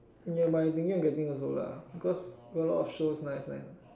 ya but I'm thinking of getting also lah cause got a lot of shows nice nice